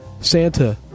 Santa